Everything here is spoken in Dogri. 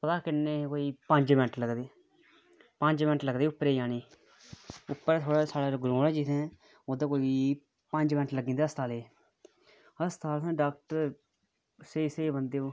पता किन्नै कोई पंज्ज मैंट लगदे पंज्ज मैंट लगदे उप्परै गी जाने गी उपर कोई जित्थै ग्राउंडा दा उत्थै पंज्ज मैंट लग्गी जंदे न हस्पताल जाने गी हस्पताल च डाक्टर स्हेई स्हेई बंदे ओह्